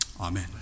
Amen